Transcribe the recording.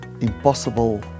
impossible